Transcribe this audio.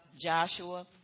Joshua